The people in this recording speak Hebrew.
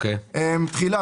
תחילה.